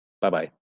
Bye-bye